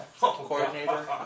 ...coordinator